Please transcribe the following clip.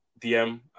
DM